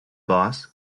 boss